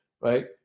right